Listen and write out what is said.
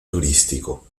turístico